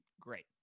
great